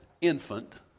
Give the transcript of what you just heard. infant